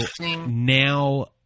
now